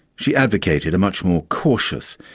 she advocated a much more cautious,